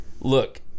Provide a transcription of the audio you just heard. Look